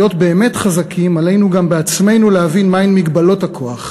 באמת חזקים עלינו גם בעצמנו להבין מה הן מגבלות הכוח,